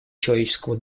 человеческого